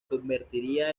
convertiría